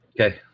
Okay